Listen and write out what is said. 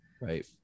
right